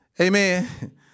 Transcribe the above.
Amen